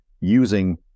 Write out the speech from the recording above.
using